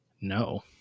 No